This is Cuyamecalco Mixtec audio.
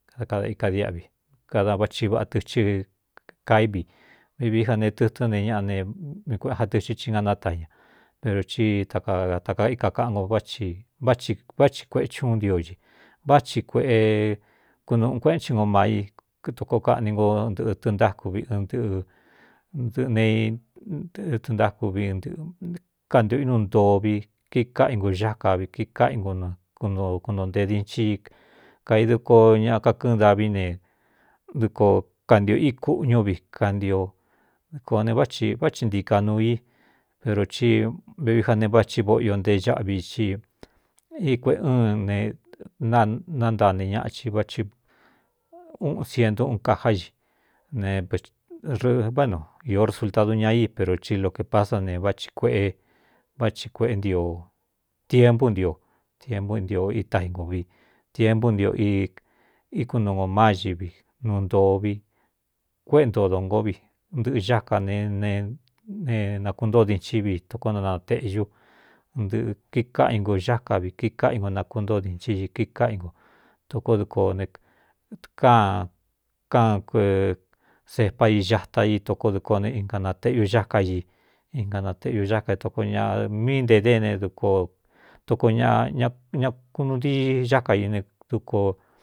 Dá kada ika diáꞌvi kada váthi vaꞌa tɨchɨ kaívi vi vií a ne tɨtɨ́n ne ñaꞌa ne mii kueꞌ ja tɨxɨ hi nganáta ña pero ci ta kaatakaíka kaꞌan ko áváti vá ti kueꞌechi uun ntioxi vá ti kueꞌe kunūꞌu kueꞌen ching maa i tokoo kaꞌni nko ntɨꞌɨ tɨɨntáku vi ɨ nɨꞌɨ nɨꞌɨ ne tɨɨn ntáku vi ɨn ɨꞌɨ kantio ínu ntoo vi kii káꞌa inguáka kíkáꞌ u kunoō ntee dinchii kai duko ña kakɨɨn davi ne dɨkoo kantio í kúꞌñú vi kanio dɨkō ne vái vá thi nti ka nuu i pero ti vevi ja ne vá chi voꞌ io nte ñáꞌvi i i i kueꞌe ɨn ne nánta ne ñaꞌchi váchi uꞌun sientu uun kajá ñi ne rɨváꞌnu īó resultadu ña í pero ti lo kēpáá sa ne váchi kueꞌé váthi kueꞌé nio tiempú ntio tiempú ntio ita inguvi tiempú ntio íkun nu ngo má ñivi nu ntoo vi kuéꞌe ntodongó vi ntɨꞌɨ xá ka ne nakuntóo dinchí vi tokó nateꞌyú ntɨꞌɨ̄ kikáꞌa inku xáka vi kiikáꞌa ingu nakuntóo dinchí i kiikáꞌa inku toko dɨko ne káan káan kue sepá i ñata í toko dɨko ne inkanateꞌu cáká i inkan nateꞌñu ñá ka toko ñaꞌ míi nte dé ne dktoko ñ ñakunuu ntii xáka i ne duko.